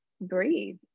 breathe